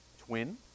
twin